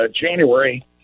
January